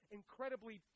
incredibly